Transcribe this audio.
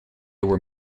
were